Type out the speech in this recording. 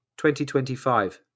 2025